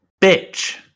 bitch